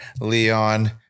Leon